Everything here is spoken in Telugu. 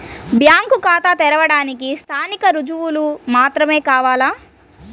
బ్యాంకు ఖాతా తెరవడానికి స్థానిక రుజువులు మాత్రమే కావాలా?